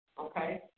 Okay